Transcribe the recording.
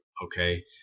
Okay